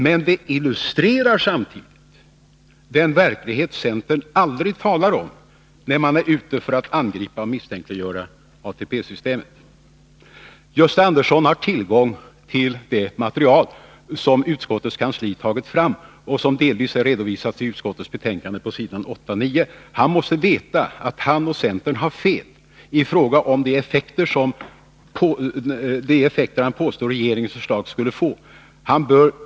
Men den illustrerar samtidigt den verklighet som centern aldrig talar om när man är ute för att angripa och misstänkliggöra ATP-systemet. Gösta Andersson har tillgång till det material som utskottets kansli tagit fram och som delvis redovisas på s. 8 och 9 i socialförsäkringsutskottets betänkande. Han måste veta att centern har fel i fråga om de effekter som 159 han påstår att regeringens förslag skulle få.